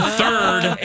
third